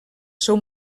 seu